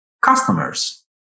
customers